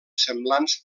semblants